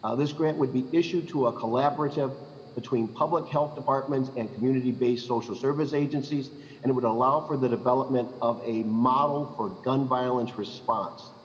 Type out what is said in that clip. ah this great would be issued to a collaborative between public health departments in and community-based social service agencies and would allow for the development of a model for gun violence response.